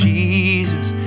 Jesus